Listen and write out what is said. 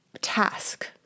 task